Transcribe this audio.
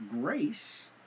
grace